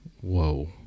Whoa